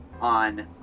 on